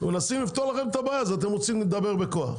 מנסים לפתור לכם את הבעיה אז אתם רוצים לדבר בכוח.